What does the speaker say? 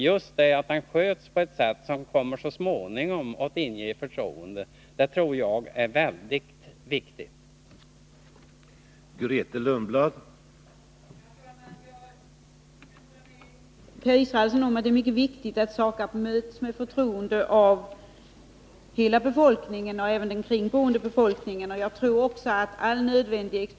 Att den sköts på ett sätt som så småningom kommer att inge förtroende tror jag är utomordentligt viktigt.